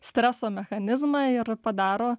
streso mechanizmą ir padaro